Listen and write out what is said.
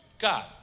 God